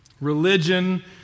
Religion